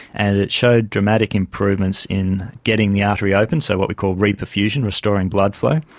and it showed dramatic improvements in getting the artery open, so what we call reperfusion, restoring blood flow.